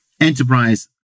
enterprise